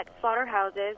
slaughterhouses